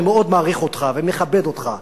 אני מאוד מעריך אותך ומכבד אותך,